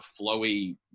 flowy